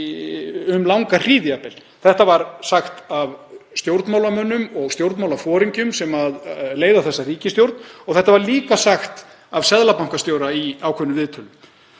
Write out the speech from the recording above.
um langa hríð. Þetta var sagt af stjórnmálamönnum og stjórnmálaforingjum sem leiða þessa ríkisstjórn og þetta var líka sagt af seðlabankastjóra í ákveðnum viðtölum.